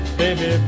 baby